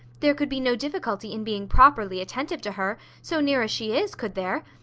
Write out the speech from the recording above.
there could be no difficulty in being properly attentive to her, so near as she is, could there?